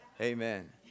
Amen